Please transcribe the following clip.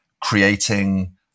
creating